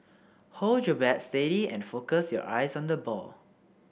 hold your bat steady and focus your eyes on the ball